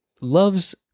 loves